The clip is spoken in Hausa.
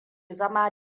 zama